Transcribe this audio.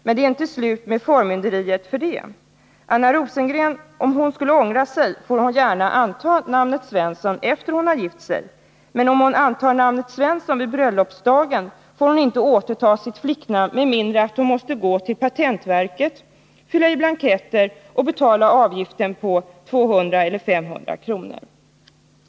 Men det är inte slut med förmynderiet för det. Om Anna Rosengren skulle ångra sig efter bröllopet får hon gärna anta namnet Svensson. Men om hon antar namnet Svensson får hon sedan inte återta sitt flicknamn med mindre än att hon måste gå till patentverket, fylla i blanketter och betala avgiften på 200 eller 500 kr.